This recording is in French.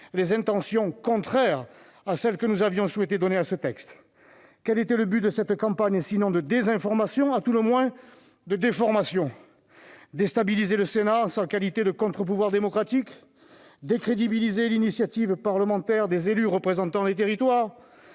les intentions contraires à celles que nous avions souhaité donner à ce texte. Quel était le but de cette campagne, sinon de désinformation, à tout le moins de déformation ? Déstabiliser le Sénat en sa qualité de contre-pouvoir démocratique ? Décrédibiliser l'initiative parlementaire des élus représentant les territoires ?